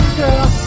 girl